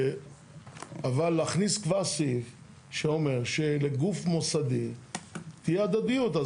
אבל להכניס כבר סעיף שאומר שלגוף מוסדי תהיה הדדיות.